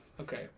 Okay